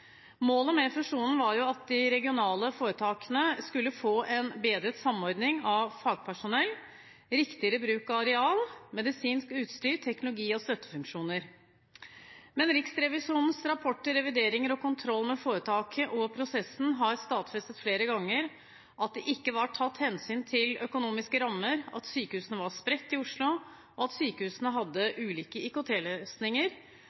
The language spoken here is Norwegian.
Målet med fusjonen var jo at de regionale foretakene skulle få en bedret samordning av fagpersonell, riktigere bruk av areal, medisinsk utstyr, teknologi og støttefunksjoner. Riksrevisjonens rapporter, revideringer og kontroll med foretaket og prosessen har stadfestet flere ganger at det ikke var tatt hensyn til økonomiske rammer, at sykehusene var spredt i Oslo, at sykehusene hadde ulike